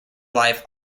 life